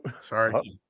sorry